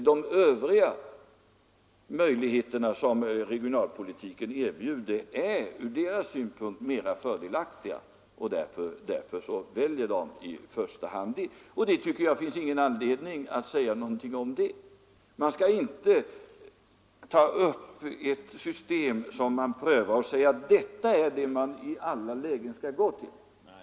De övriga möjligheter som regionalpolitiken ger är ur företagens synpunkt fördelaktigare, och därför väljer de i första hand dem. Det finns ingen anledning att säga någonting om det. Man skall inte hålla fram ett system som är under prövning och säga att just det är vad man i alla lägen skall gå till.